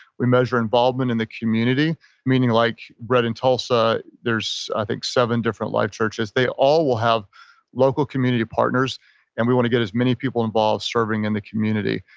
we measure involvement in the community meaning like right in tulsa, there's i think seven different life churches. they all will have local community partners and we want to get as many people involved serving in the community.